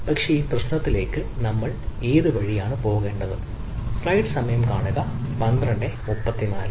പക്ഷേ ഈ പ്രത്യേക പ്രശ്നത്തിലേക്ക് നമുക്ക് എന്ത് വഴിയാണ് പോകേണ്ടത്